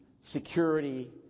security